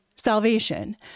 Salvation